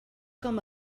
com